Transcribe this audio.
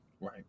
right